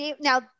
Now